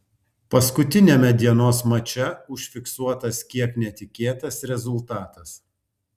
paskutiniame dienos mače užfiksuotas kiek netikėtas rezultatas